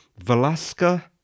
Velasca